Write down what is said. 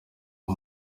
ayo